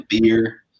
beer